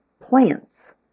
plants